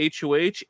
HOH